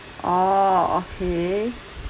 orh okay